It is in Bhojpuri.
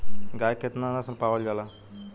गाय के केतना नस्ल पावल जाला?